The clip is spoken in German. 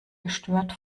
gestört